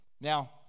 Now